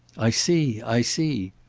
i see i see.